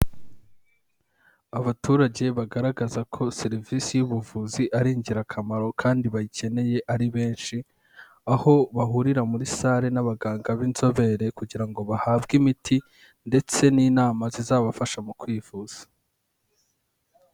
Abaturage bagaragaza ko serivisi y'ubuvuzi ari ingirakamaro kandi bayikeneye ari benshi aho bahurira muri sale n'abaganga b'inzobere kugira ngo bahabwe imiti ndetse n'inama zizabafasha mu kwivuza.